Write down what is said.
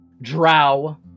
drow